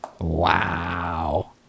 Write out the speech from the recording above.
Wow